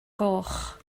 goch